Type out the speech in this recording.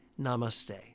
Namaste